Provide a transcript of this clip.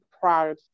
proud